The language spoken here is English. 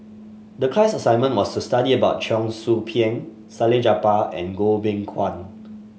the class assignment was to study about Cheong Soo Pieng Salleh Japar and Goh Beng Kwan